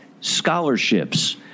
scholarships